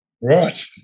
right